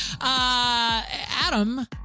Adam